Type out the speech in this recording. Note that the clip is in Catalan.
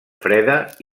freda